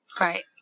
Right